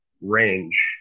range